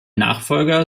nachfolger